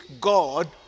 God